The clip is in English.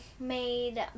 made